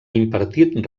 impartit